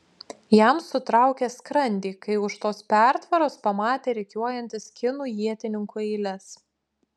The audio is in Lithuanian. jam sutraukė skrandį kai už tos pertvaros pamatė rikiuojantis kinų ietininkų eiles